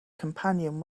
companion